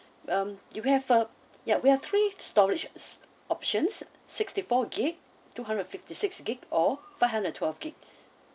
um we have a yeah we have three storage options sixty four gig~ two hundred fifty six gig~ or five hundred twelve gig~